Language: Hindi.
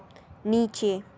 नीचे